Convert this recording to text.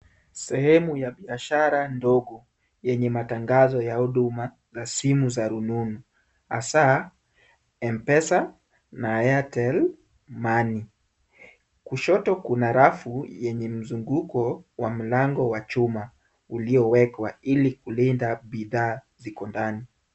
Sehemu ya biashara ndogo yenye matangazo ya huduma za simu za rununu hasaa M-Pesa na Airtel Money. Kushoto kuna rafu yenye mzunguko wa mlango wa chuma uliowekwa, ili kulinda bidhaa ziko ndani.